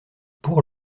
pour